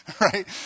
right